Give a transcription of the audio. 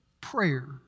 prayer